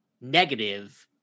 negative